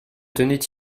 tenait